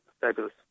fabulous